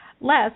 less